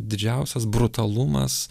didžiausias brutalumas